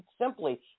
simply